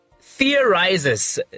theorizes